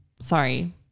Sorry